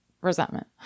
Resentment